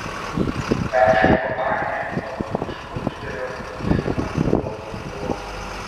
peršoko akmenį o paskui šmurkštelėjo tarp pušų ant juodosios uolos